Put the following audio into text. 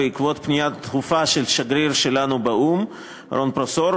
בעקבות פנייה דחופה של השגריר שלנו באו"ם רון פרושאור,